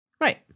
Right